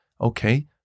okay